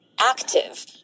active